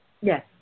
yes